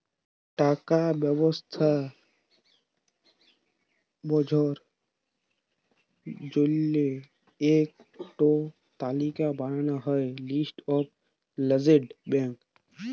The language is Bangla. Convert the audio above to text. টাকার ব্যবস্থা বঝার জল্য ইক টো তালিকা বানাল হ্যয় লিস্ট অফ লার্জেস্ট ব্যাঙ্ক